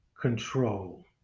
control